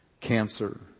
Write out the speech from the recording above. cancer